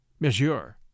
monsieur